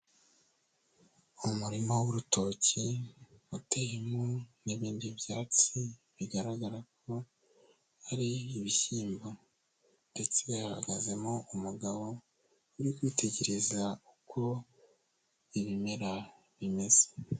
Umurima w'urutoki uteyemo n'ibindi byatsi bigaragara ko ari ibishyimbo, ndetse hahagazemo umugabo uri kwitegereza uko ibimera bimeze.